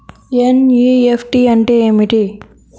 NEFT అంటే ఏమిటీ?